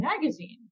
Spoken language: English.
magazine